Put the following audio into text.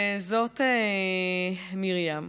זאת מרים,